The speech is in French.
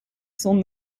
son